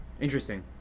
Interesting